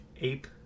ape